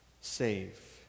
save